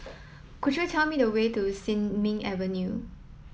could you tell me the way to Sin Ming Avenue